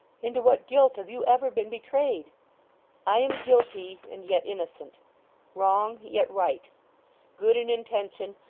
into what guilt have you ever been betrayed i am guilty, and yet innocent wrong, yet right good in intention,